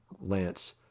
Lance